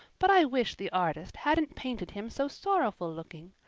but i wish the artist hadn't painted him so sorrowful looking.